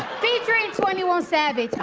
featuring twenty one savage.